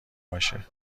باشه